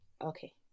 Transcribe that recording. Okay